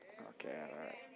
Okay